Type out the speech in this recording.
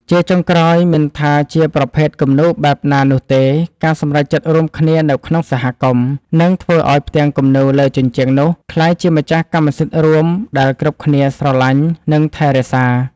ជាចុងក្រោយ មិនថាជាប្រភេទគំនូរបែបណានោះទេ ការសម្រេចចិត្តរួមគ្នានៅក្នុងសហគមន៍ នឹងធ្វើឱ្យផ្ទាំងគំនូរលើជញ្ជាំងនោះក្លាយជាម្ចាស់កម្មសិទ្ធិរួមដែលគ្រប់គ្នាស្រឡាញ់ និងថែរក្សា។